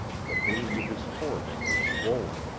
the veins of his forehead were swollen.